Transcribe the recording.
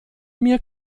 mir